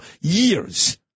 years